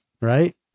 right